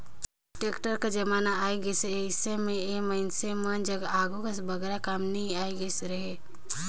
tractor कर जमाना आए गइस अहे, अइसे मे ए मइनसे मन जग आघु कस बगरा काम नी रहि गइस अहे